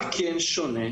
מה כן שונה?